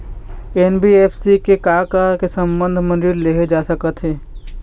NBFC से का का के संबंध म ऋण लेहे जा सकत हे?